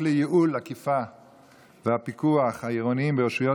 לייעול האכיפה והפיקוח העירוניים ברשויות